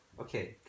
Okay